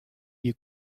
you